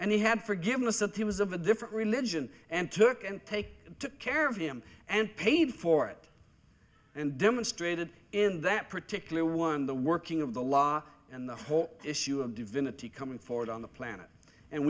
and he had forgiveness that he was of a different religion and took and take care of him and paid for it and demonstrated in that particular one the working of the law and the whole issue of divinity coming forward on the planet and